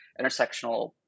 intersectional